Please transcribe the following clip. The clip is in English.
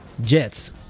Jets